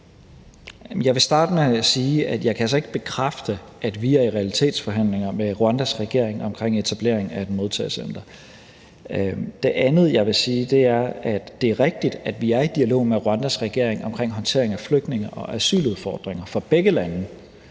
Jeg vil starte med at sige, at jeg altså ikke kan bekræfte, at vi er i realitetsforhandlinger med Rwandas regering omkring etablering af et modtagecenter. Det andet, jeg vil sige, er, at det er rigtigt, at vi er i dialog med Rwandas regering omkring håndtering af flygtninge- og asyludfordringer for begge lande